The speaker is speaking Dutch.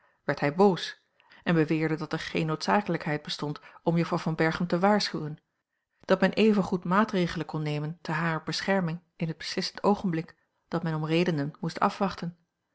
werd hij boos en beweerde dat er geene noodzakelijkheid bestond om juffrouw van berchem te waarschuwen dat men evengoed maatregelen kon nemen te harer bescherming in het beslissend oogenblik dat men om redenen moest afwachten